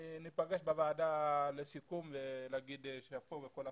ניפגש בוועדה לסיכום להגיד כל הכבוד.